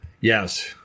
Yes